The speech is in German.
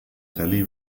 rallye